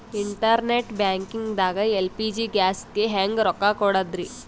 Internet banking ದಾಗ LPG ಗ್ಯಾಸ್ಗೆ ಹೆಂಗ್ ರೊಕ್ಕ ಕೊಡದ್ರಿ?